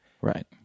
Right